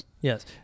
Yes